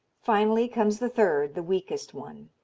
finally comes the third, the weakest one.